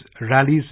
rallies